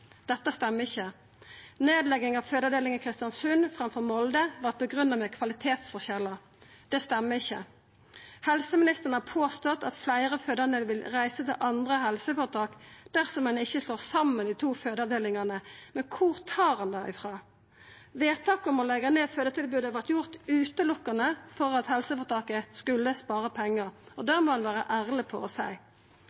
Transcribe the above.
Dette stemmer ikkje. Nedlegging av fødeavdelinga i Kristiansund framfor Molde vart grunngitt med kvalitetsforskjellar. Det stemmer ikkje. Helseministeren har påstått at fleire fødande vil reisa til andre helseføretak dersom ein ikkje slår saman dei to fødeavdelingane, men kvar tar han det frå? Vedtaket om å leggja ned fødetilbodet vart gjort berre for at helseføretaket skulle spara pengar, og